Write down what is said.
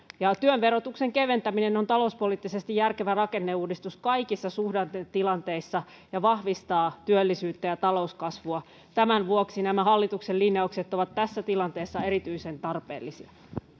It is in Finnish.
työn verotuksen keventäminen on talouspoliittisesti järkevä rakenneuudistus kaikissa suhdannetilanteissa ja vahvistaa työllisyyttä ja talouskasvua tämän vuoksi hallituksen linjaukset ovat tässä tilanteessa erityisen tarpeellisia